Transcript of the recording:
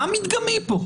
מה מדגמי פה?